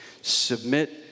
Submit